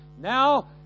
Now